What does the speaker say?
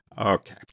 Okay